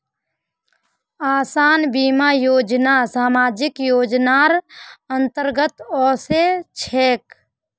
आसान बीमा योजना सामाजिक योजनार अंतर्गत ओसे छेक